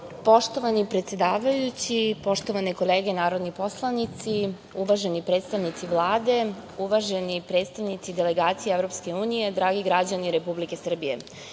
Poštovani predsedavajući, poštovane kolege narodni poslanici, uvaženi predstavnici Vlade, uvaženi predstavnici delegacije Evropske unije, dragi građani Republike Srbije,